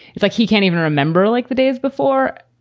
it's like he can't even remember, like, the days before.